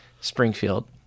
Springfield